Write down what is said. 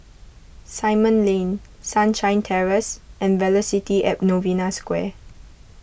Simon Lane Sunshine Terrace and Velocity at Novena Square